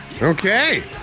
Okay